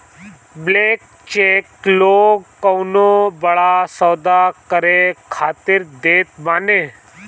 blank cheque लोग कवनो बड़ा सौदा करे खातिर देत बाने